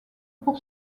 pour